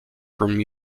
from